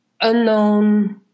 unknown